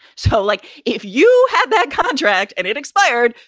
so like if you had that contract and it expired,